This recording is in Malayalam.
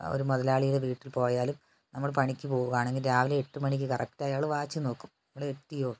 ഒരു മുതലാളിയുടെ വീട്ടിൽ പോയാലും നമ്മൾ പണിക്കു പോവുകയാണെങ്കിൽ രാവിലെ എട്ട് മണി കറക്ട് അയാൾ വാച്ചു നോക്കും നിങ്ങൾ എത്തിയോ